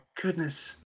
goodness